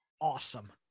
awesome